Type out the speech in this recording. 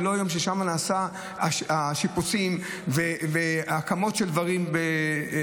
וזה לא היום שבו נעשים השיפוצים והקמות של דברים במדינה,